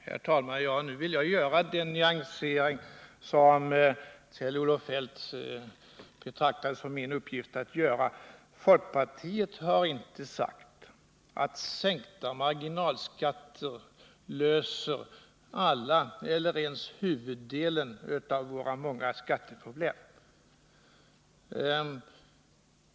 Herr talman! Nu vill jag göra den nyansering som Kjell-Olof Feldt ansåg det vara min uppgift att göra. Folkpartiet har inte sagt att sänkta marginalskatter löser alla eller ens huvuddelen av våra många skattepro blem.